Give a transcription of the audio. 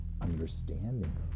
understanding